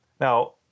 Now